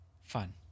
fun